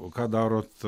o ką darot